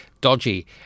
dodgy